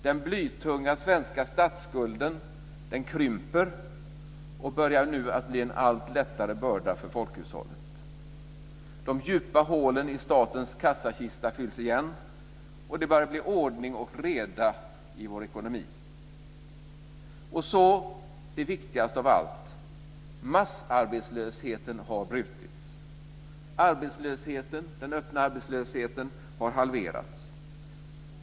Den blytunga svenska statsskulden krymper och börjar nu bli en allt lättare börda för folkhushållet. De djupa hålen i statens kassakista börjar fyllas igen, och det börjar bli ordning och reda i vår ekonomi. Och det viktigaste av allt: massarbetslösheten har brutits. Den öppna arbetslösheten har halverats.